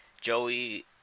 Joey